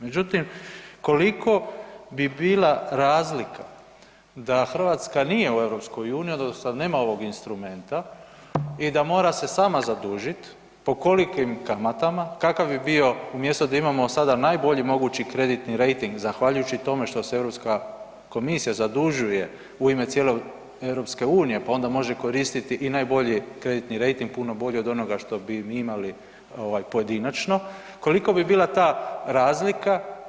Međutim, koliko bi bila razlika da Hrvatska nije u EU, odnosno da nema ovog instrumenta i da mora se sama zadužiti, po kolikim kamatama, kakav bi bio umjesto da imamo sada najbolji mogući kreditni rejting zahvaljujući tome što se Europska komisija zadužuje u ime cijele EU pa onda može koristiti i najbolji kreditni rejting, puno bolji od onoga što bi mi imali pojedinačno, koliko bi bila ta razlika.